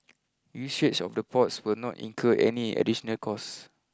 usage of the ports will not incur any additional costs